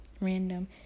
random